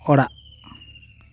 ᱚᱲᱟᱜ